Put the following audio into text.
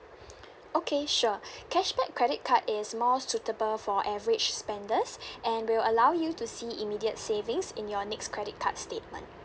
okay sure cashback credit card is more suitable for average spenders and will allow you to see immediate savings in your next credit card statement